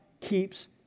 keeps